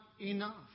enough